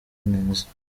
neza